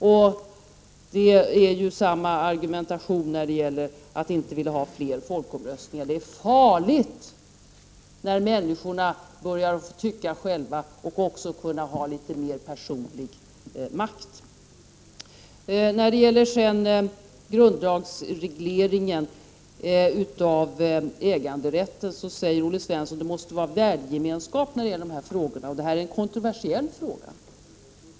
Och det är samma argument när man inte vill ha fler folkomröstningar: det är farligt när människorna börjar få tycka själva och få litet mer personlig makt. Om grundlagsregleringen av äganderätten säger Olle Svensson: Det måste vara värdegemenskap när det gäller de här frågorna, och det här är en kontroversiell fråga.